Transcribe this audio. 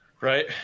Right